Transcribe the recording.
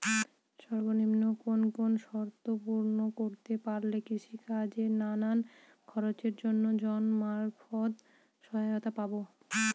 সর্বনিম্ন কোন কোন শর্ত পূরণ করতে পারলে কৃষিকাজের নানান খরচের জন্য ঋণ মারফত সহায়তা পাব?